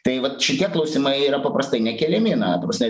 tai vat šitie klausimai yra paprastai nekeliami na ta prasme